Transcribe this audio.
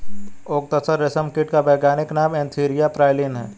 okay तसर रेशम कीट का वैज्ञानिक नाम एन्थीरिया प्राइलीन है